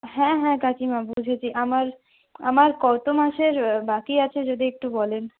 হ্যাঁ হ্যাঁ কাকিমা বুঝেছি আমার আমার কত মাসের বাকি আছে যদি একটু বলেন